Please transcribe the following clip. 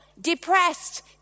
depressed